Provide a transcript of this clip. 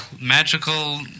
magical